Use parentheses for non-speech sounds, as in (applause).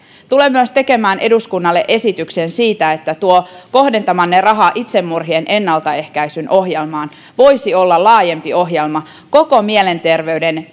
tulen myös tekemään eduskunnalle esityksen siitä että tuo kohdentamanne raha itsemurhien ennaltaehkäisyn ohjelmaan voisi olla laajempi ohjelma koko mielenterveyden (unintelligible)